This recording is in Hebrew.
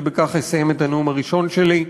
ובכך אסיים את הנאום הראשון שלי: